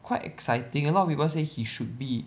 quite exciting a lot of people say he should be